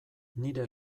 nire